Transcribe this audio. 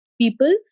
people